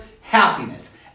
happiness